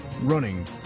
running